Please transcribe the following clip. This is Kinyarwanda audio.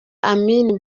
amin